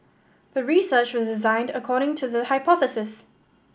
the research was designed according to the hypothesis